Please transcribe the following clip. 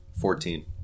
Fourteen